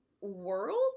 world